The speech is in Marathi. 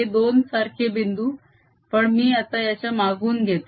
हे दोन सारखे बिंदू पण मी आता याच्या मागून घेतो